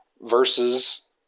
versus